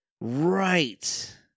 Right